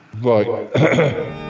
right